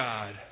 God